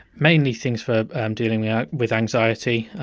mainly things for dealing with anxiety.